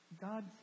God